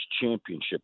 championship